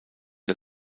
der